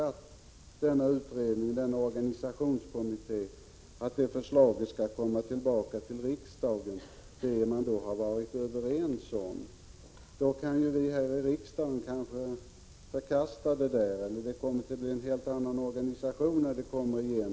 De vill inte att de förslag man kommer fram till i organisationskommittén och som man då har varit överens om skall komma tillbaka till riksdagen. Det skulle ju kunna innebära att vi här i riksdagen förkastade förslagen så att det blev fråga om en helt annan organisation än den man föreslagit.